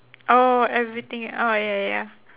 orh everything ah ya ya